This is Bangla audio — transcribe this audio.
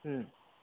হুম